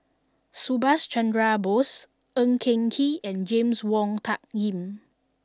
Subhas Chandra Bose Ng Eng Kee and James Wong Tuck Yim